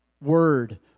Word